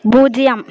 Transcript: பூஜ்ஜியம்